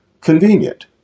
convenient